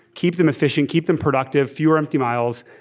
keep them efficient, keep them productive, fewer empty miles,